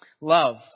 Love